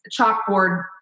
chalkboard